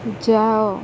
ଯାଅ